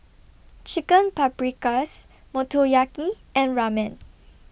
Chicken Paprikas Motoyaki and Ramen